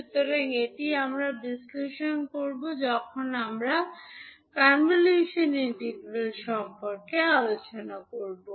সুতরাং এটি আমরা বিশ্লেষণ করব যখন আমরা কনভোলশন ইন্টিগ্রাল সম্পর্কে আলোচনা করব